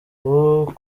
ubu